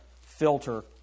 filter